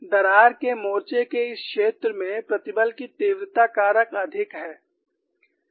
दरार के मोर्चे के इस क्षेत्र में प्रतिबल की तीव्रता कारक अधिक है